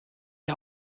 die